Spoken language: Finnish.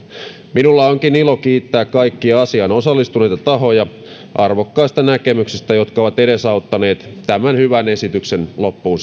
minulla onkin ilo kiittää kaikkia asiaan osallistuneita tahoja arvokkaista näkemyksistä jotka ovat edesauttaneet tämän hyvän esityksen loppuun